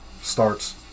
starts